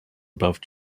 above